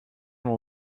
will